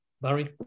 Barry